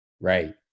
Right